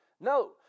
No